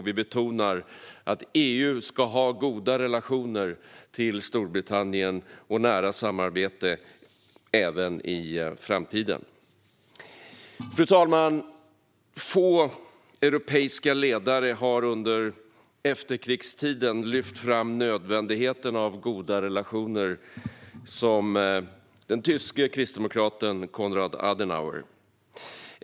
Vi betonar att EU ska ha goda relationer till Storbritannien och nära samarbete även i framtiden. Fru talman! Få europeiska ledare har under efterkrigstiden lyft fram nödvändigheten av goda relationer som den tyske kristdemokraten Konrad Adenauer.